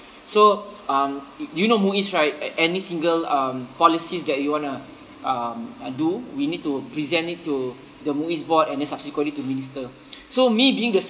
so um you you know MUIS right a~ any single um policies that you wanna um uh do we need to present it to the MUIS board and then subsequently to minister so me being the